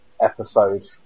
episode